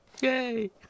Yay